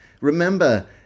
remember